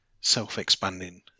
self-expanding